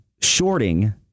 shorting